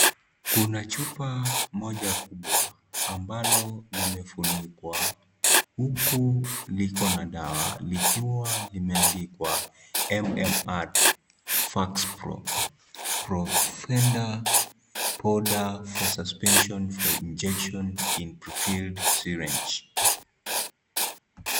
Kuna chupa, moja kubwa, ambalo, limefunikwa, huku, liko na dawa, likiwa limeandikwa, MMR(cs),faxprop, profender, powder, for suspension for injection in pre-filled, syrange(cs).